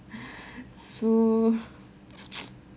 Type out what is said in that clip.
sue